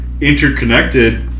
interconnected